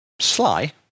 Sly